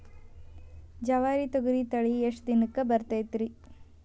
ಜವಾರಿ ತೊಗರಿ ತಳಿ ಎಷ್ಟ ದಿನಕ್ಕ ಬರತೈತ್ರಿ?